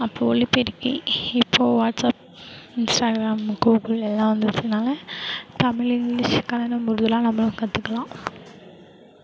அப்போ ஒலிப்பெருக்கி இப்போது வாட்ஸ்அப் இன்ஸ்டாகிராம் கூகுளு எல்லாம் வந்ததுனால் தமிழ் இங்கிலீஷ் கன்னடம் உருதெலாம் நம்மளும் கற்றுக்குலாம்